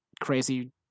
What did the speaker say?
crazy